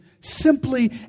simply